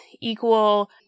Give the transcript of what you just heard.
equal